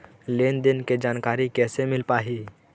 लेन देन के जानकारी कैसे मिल पाही?